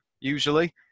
usually